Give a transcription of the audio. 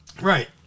Right